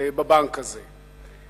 בבנק הזה.